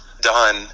done